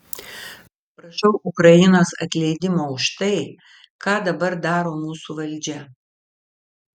prašau ukrainos atleidimo už tai ką dabar daro mūsų valdžią